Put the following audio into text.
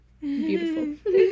Beautiful